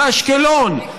באשקלון.